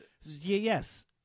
Yes